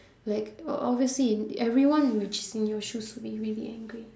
like o~ obviously everyone which is in your shoes would be really angry